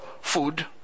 food